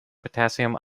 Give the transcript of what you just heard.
potassium